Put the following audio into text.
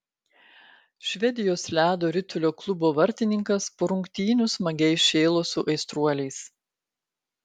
švedijos ledo ritulio klubo vartininkas po rungtynių smagiai šėlo su aistruoliais